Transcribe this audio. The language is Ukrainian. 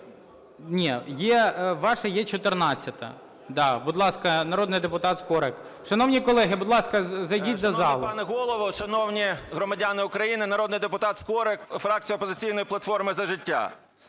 Ні, є, ваша є 14-а. Да. Будь ласка, народний депутат Скорик. Шановні колеги, будь ласка, зайдіть до залу. 16:48:24 СКОРИК М.Л. Шановний пане Голово, шановні громадяни України, народний депутат Скорик, фракція "Опозиційної платформа – За життя".